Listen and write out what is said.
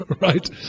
right